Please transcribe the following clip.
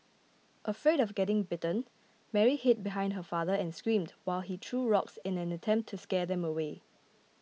afraid of getting bitten Mary hid behind her father and screamed while he threw rocks in an attempt to scare them away